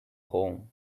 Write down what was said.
home